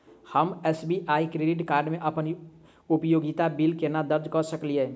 हम SBI credit card मे अप्पन उपयोगिता बिल केना दर्ज करऽ सकलिये?